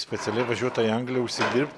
specialiai važiuota į angliją užsidirbt